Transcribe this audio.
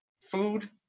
food